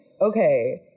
okay